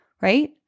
right